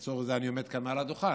לא לצורך זה אני עומד כאן מעל הדוכן.